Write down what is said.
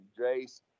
Jace